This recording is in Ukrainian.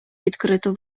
відкрито